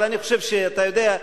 אבל אני חושב שאתה יודע,